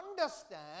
understand